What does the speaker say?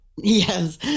Yes